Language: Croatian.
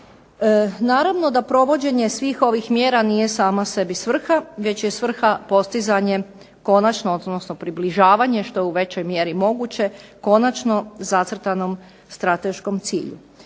Naravno da provođenje svih ovih mjera nije sama sebi svrha, već je svrha postizanje konačno, odnosno približavanje što je u većoj mjeri moguće, konačno zacrtanom strateškom cilju.